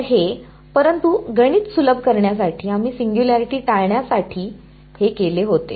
तर हे परंतु गणित सुलभ करण्यासाठी आम्ही सिंग्युलॅरिटी टाळण्यासाठी हे केले होते